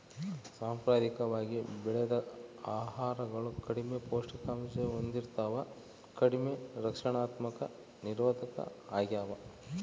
ಸಾಂಪ್ರದಾಯಿಕವಾಗಿ ಬೆಳೆದ ಆಹಾರಗಳು ಕಡಿಮೆ ಪೌಷ್ಟಿಕಾಂಶ ಹೊಂದಿರ್ತವ ಕಡಿಮೆ ರಕ್ಷಣಾತ್ಮಕ ನಿರೋಧಕ ಆಗ್ಯವ